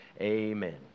amen